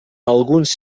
alguns